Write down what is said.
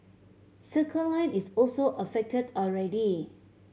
Circle Line is also affected already